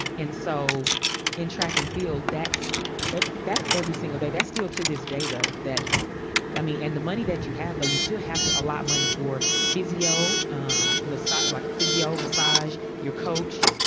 and so in track and field, that's it. that's every single day. there's still to this day, though, that demi and the money that you have, though, you still have a a lot money for physio um massage like physio massage, your coach,